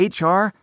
HR